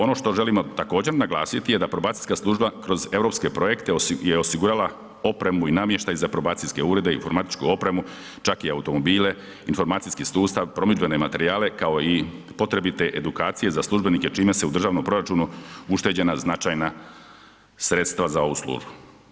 Ono što želimo također naglasiti je da probacijska služba kroz europske projekte je osigurala opremu i namještaj za probacijske urede, informatičku opremu, čak i automobile, informacijski sustav, promidžbene materijale kao i potrebite edukacije za službenike čime su u državnom proračunu ušteđena značajna sredstva za ovu službu.